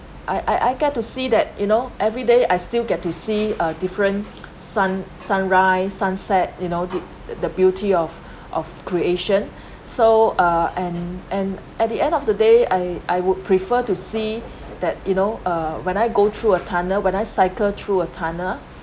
I I I get to see that you know everyday I still get to see a different sun sunrise sunset you know the the beauty of of creation so uh and and at the end of the day I I would prefer to see that you know uh when I go through a tunnel when I cycle through a tunnel